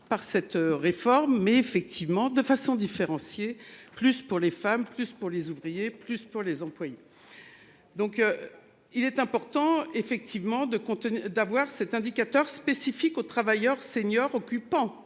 Par cette réforme effectivement de façon différenciée plus pour les femmes plus pour les ouvriers, plus pour les employés. Donc. Il est important effectivement de contenu d'avoir cet indicateur spécifique aux travailleurs seniors occupant